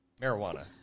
Marijuana